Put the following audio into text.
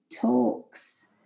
talks